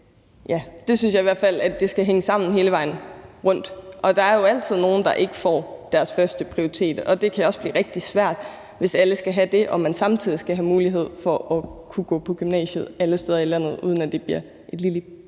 Jeg synes i hvert fald, at det skal hænge sammen hele vejen rundt, og der er jo altid nogle, der ikke får deres førsteprioritet, og det kan også blive rigtig svært, hvis alle skal have det og man samtidig skal have mulighed for at kunne gå i gymnasiet alle steder i landet, uden at det bliver et lillebitte